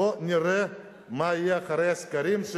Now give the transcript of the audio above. בוא נראה מה יהיה אחרי הסקרים.